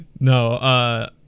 No